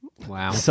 Wow